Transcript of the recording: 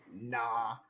nah